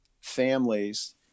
families